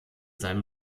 seinem